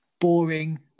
boring